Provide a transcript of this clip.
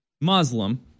Muslim